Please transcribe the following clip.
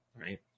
Right